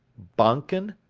bonken,